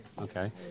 Okay